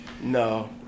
No